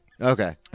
Okay